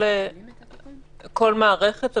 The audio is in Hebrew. כל מערכת הבריאות,